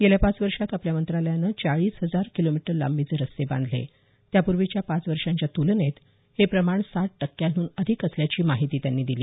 गेल्या पाच वर्षांत आपल्या मंत्रालयानं चाळीस हजार किलोमीटर लांबीचे रस्ते बांधले त्यापूर्वीच्या पाच वर्षांच्या तुलनेत हे प्रमाण साठ टक्क्यांहून अधिक असल्याची माहिती त्यांनी दिली